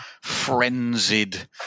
frenzied